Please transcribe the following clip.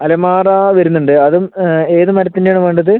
അലമാര വരുന്നുണ്ട് അതും ഏത് മരത്തിൻ്റെ ആണ് വേണ്ടത്